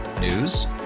News